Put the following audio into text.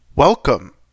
Welcome